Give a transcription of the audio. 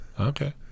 Okay